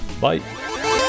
Bye